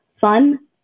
fun